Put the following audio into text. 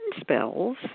spells